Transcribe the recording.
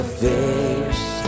face